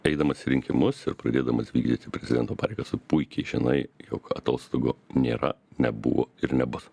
eidamas į rinkimus ir pradėdamas vykdyti prezidento pareigas tu puikiai žinai jog atostogų nėra nebuvo ir nebus